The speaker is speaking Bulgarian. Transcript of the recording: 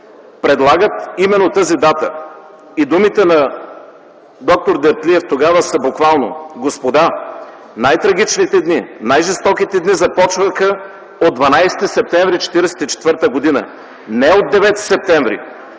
предлагат именно тази дата. Думите на д-р Дертлиев тогава са буквални: „Господа, най-трагичните дни, най-жестоките дни започнаха от 12 септември 1944 г., не от 9 септември.